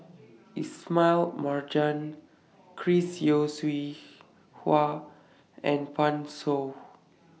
Ismail Marjan Chris Yeo Siew Hua and Pan Shou